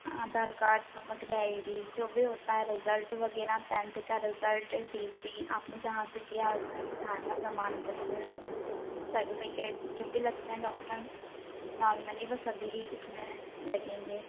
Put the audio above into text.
आधार card समग्र I D जो भी होता है रिजल्ट वगैरह टेंथ का रिजल्ट टी सी आपने जहाँ से किया है उसका स्थान प्रमाण पत्र सर्टिफिकेट जो भी लगते हैं डॉक्यूमेंट नॉर्मली वो सभी इसमें लगेंगे